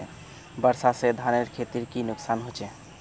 वर्षा से धानेर खेतीर की नुकसान होचे?